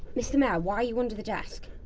mr. mayor, why are you under the desk?